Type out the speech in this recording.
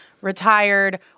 retired